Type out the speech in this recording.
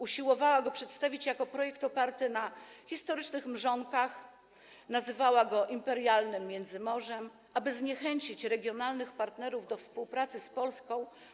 Usiłowała go przedstawić jako projekt oparty na historycznych mrzonkach, nazywała go imperialnym Międzymorzem, aby zniechęcić regionalnych partnerów do współpracy z Polską.